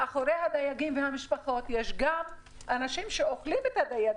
מאחורי הדייגים והמשפחות יש גם אנשים שאוכלים את הדגים,